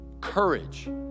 courage